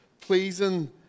pleasing